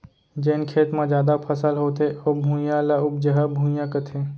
जेन खेत म जादा फसल होथे ओ भुइयां, ल उपजहा भुइयां कथें